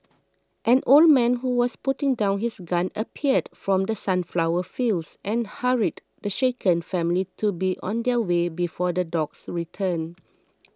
an old man who was putting down his gun appeared from the sunflower fields and hurried the shaken family to be on their way before the dogs return